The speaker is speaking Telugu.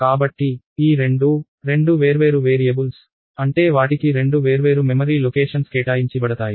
కాబట్టి ఈ రెండూ రెండు వేర్వేరు వేరియబుల్స్ అంటే వాటికి రెండు వేర్వేరు మెమరీ లొకేషన్స్ కేటాయించిబడతాయి